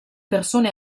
persone